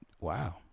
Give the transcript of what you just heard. Wow